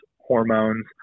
hormones